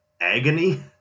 agony